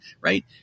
right